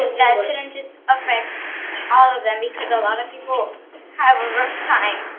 that shouldn't just affect all of them, because a lot of people have a rough time.